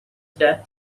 death